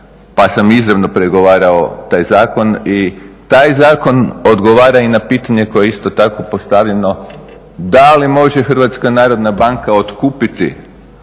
pa sam i izravno pregovarao taj zakon. I taj zakon odgovara i na pitanje koje je isto tako postavljeno da li može HNB otkupiti